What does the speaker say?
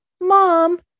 Mom